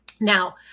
now